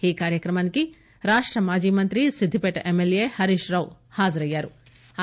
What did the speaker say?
ఈ కార్యక్రమానికి రాష్ట మాజీ మంత్రి సిద్దిపేట ఎమ్మెల్యే హరీశ్ రావు హాజరయ్యారు